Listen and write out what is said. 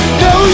no